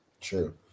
True